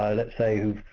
let's say, who